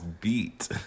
beat